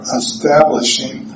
establishing